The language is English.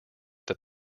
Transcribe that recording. that